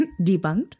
Debunked